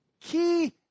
key